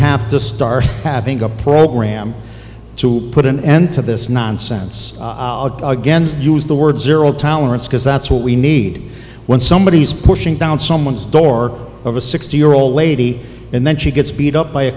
have to start having a program to put an end to this nonsense again use the word zero tolerance because that's what we need when somebody is pushing down someone's door of a sixty year old lady and then she gets beat up by a